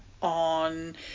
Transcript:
on